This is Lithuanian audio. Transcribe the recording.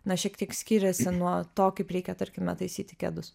na šiek tiek skyrėsi nuo to kaip reikia tarkime taisyti kedus